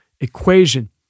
equation